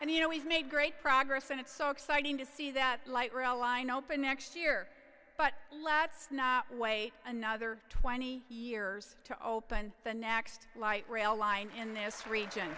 we've made great progress and it's so exciting to see that light rail line open next year but let's not wait another twenty years to open the next light rail line in this region